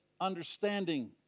understanding